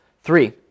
Three